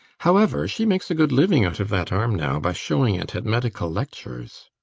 however, she makes a good living out of that arm now by shewing it at medical lectures.